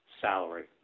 salary